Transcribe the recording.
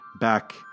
back